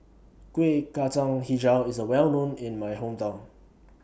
Kueh Kacang Hijau IS A Well known in My Hometown